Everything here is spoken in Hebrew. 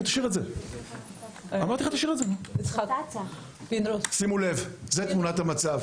זה תמונת המצב,